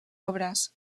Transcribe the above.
obres